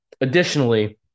additionally